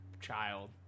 child